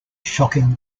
shocking